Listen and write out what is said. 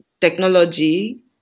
technology